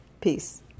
Peace